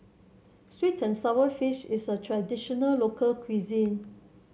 sweet and sour fish is a traditional local cuisine